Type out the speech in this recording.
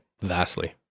Vastly